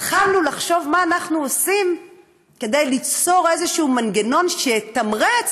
התחלנו לחשוב מה אנחנו עושים כדי ליצור איזשהו מנגנון שיתמרץ